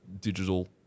digital